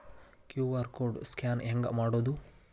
QR code scan ಹೆಂಗ್ ಮಾಡೋದು?